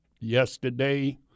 yesterday